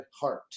heart